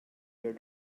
your